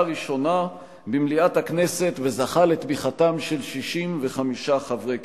ראשונה במליאת הכנסת וזכה לתמיכתם של 65 חברי כנסת.